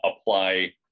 apply